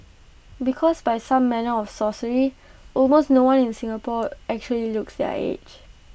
because by some manner of sorcery almost no one in Singapore actually looks their age